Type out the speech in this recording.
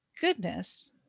goodness